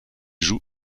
joue